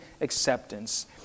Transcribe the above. acceptance